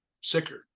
sicker